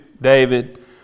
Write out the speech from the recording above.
David